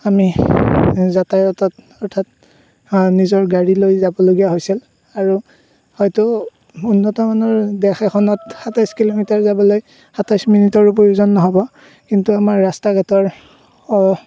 আমি যাতায়তত অৰ্থাৎ নিজৰ গাড়ী লৈ যাবলগীয়া হৈছিল আৰু হয়তু উন্নত মানৰ দেশ এখনত সাতাইছ কিলোমিটাৰ যাবলৈ সাতাইছ মিনিটৰো প্ৰয়োজন নহ'ব কিন্তু আমাৰ ৰাস্তা ঘাটৰ